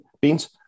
Beans